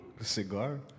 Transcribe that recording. cigar